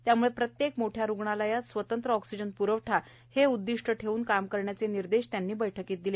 त्यामुळे प्रत्येक मोठ्या रुग्णालयात स्वतंत्र ऑक्सिजन प्रवठा हे उद्दिष्ट ठेवून काम करण्याचे निर्देश त्यांनी बैठकीत दिले